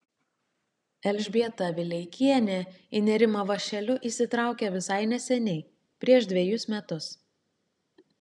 elžbieta vileikienė į nėrimą vąšeliu įsitraukė visai neseniai prieš dvejus metus